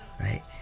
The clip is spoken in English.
right